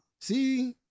See